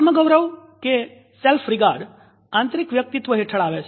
આત્મગૌરવ આંતરિકવ્યક્તિત્વ હેઠળ આવે છે